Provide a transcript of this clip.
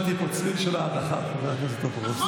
שמעתי פה צליל של אנחה, חבר הכנסת טופורובסקי.